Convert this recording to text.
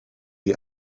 die